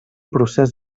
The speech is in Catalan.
procés